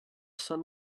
sun